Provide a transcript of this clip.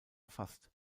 erfasst